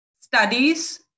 studies